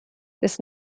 des